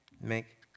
Make